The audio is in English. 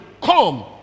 come